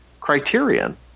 Criterion